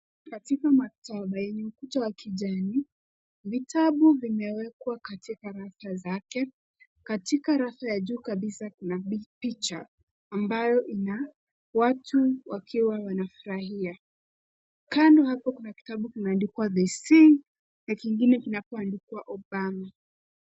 Katika maktaba yenye ukuta wa kijani, vitabu vimewekwa katika rafu zake. Katika rafu ya juu kabisa kuna picha ambayo ina watu wakiwa wanafurahia. Kando hapo kuna kitabu kimeandikwa The Sea na kingine kinapoandikwa Obama.